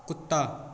कुत्ता